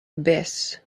abyss